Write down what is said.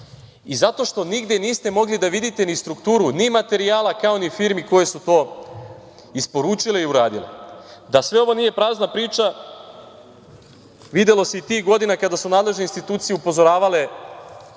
i zato što nikada niste mogli da vidite ni strukturu ni materijala, kao ni firme koje su to isporučile i uradile, da sve ovo nije prazna priča, videlo se i tih godina kada su nadležne institucije upozoravale